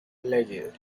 leyes